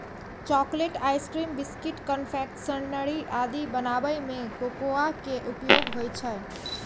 chocolate, ice cream, biscuit, confectionery आदि बनाबै मे कोकोआ के उपयोग होइ छै